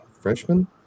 freshman